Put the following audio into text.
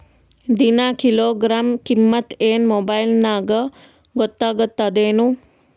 ದಿನಾ ಕಿಲೋಗ್ರಾಂ ಕಿಮ್ಮತ್ ಏನ್ ಮೊಬೈಲ್ ನ್ಯಾಗ ಗೊತ್ತಾಗತ್ತದೇನು?